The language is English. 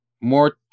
More